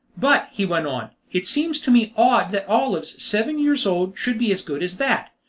but, he went on, it seems to me odd that olives seven years old should be as good as that!